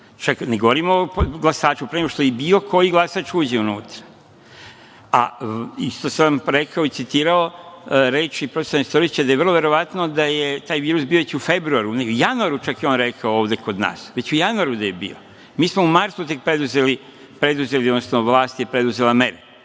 Čak ne govorim o glasaču, pre nego što i bilo koji glasač uđe unutra. I, što sam vam rekao i citirao reči profesora Nestorovića, da je vrlo verovatno da je taj virus bio već u februaru, nego i u januaru čak je on rekao, ovde kod nas, već u januaru da je bio. Mi smo u martu tek preduzeli, odnosno vlast je preduzela mere